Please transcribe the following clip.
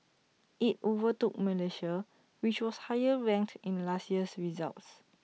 IT overtook Malaysia which was higher ranked in last year's results